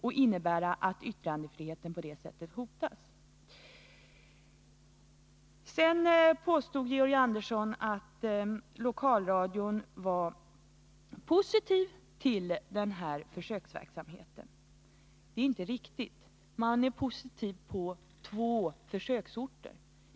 På det sättet kommer yttrandefriheten att hotas. Sedan påstod Georg Andersson att lokalradion var positiv till den här försöksverksamheten. Det är inte riktigt. Man är positiv på två försöksorter.